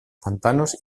pantanos